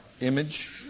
image